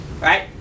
right